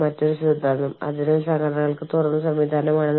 പിന്നെ എനിക്കറിയില്ല അത് ഇവിടെ സൂചിപ്പിക്കാൻ എനിക്ക് സ്വാതന്ത്ര്യമുണ്ടോ എന്ന്